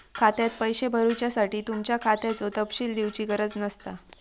खात्यात पैशे भरुच्यासाठी तुमच्या खात्याचो तपशील दिवची गरज नसता